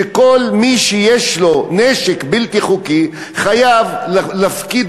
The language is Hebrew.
שכל מי שיש לו נשק בלתי חוקי חייב להפקיד